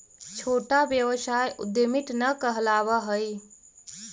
छोटा व्यवसाय उद्यमीट न कहलावऽ हई